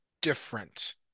different